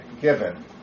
given